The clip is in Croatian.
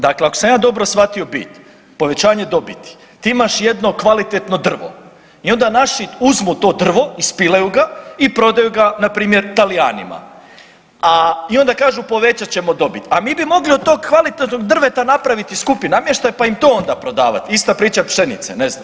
Dakle, ako sam ja dobro shvatio bit, povećanje dobiti, ti imaš jedno kvalitetno drvo i onda naši uzmu to drvo, ispilaju ga i prodaju ga, npr. Talijanima, a, i onda kažu povećat ćemo dobit, a mi bi mogli od tog kvalitetnog drveta napraviti skupi namještaj pa im to onda prodavati, ista priča pšenice, ne znam.